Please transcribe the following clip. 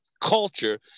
culture